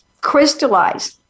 crystallize